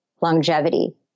longevity